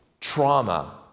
trauma